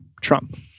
Trump